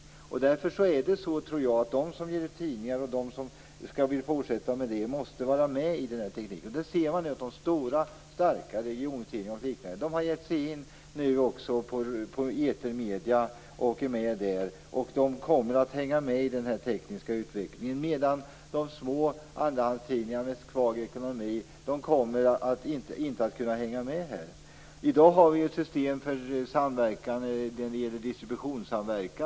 Därför måste, tror jag, de som ger ut tidningar och som vill fortsätta med det vara med när det gäller den här tekniken. Stora och starka regiontidningar o.d. har ju nu gett sig in på etermedieområdet och åker med där. De kommer att hänga med i den tekniska utvecklingen på området, medan små andrahandstidningar med svag ekonomi inte kommer att kunna hänga med här. I dag finns det ett system för distributionssamverkan.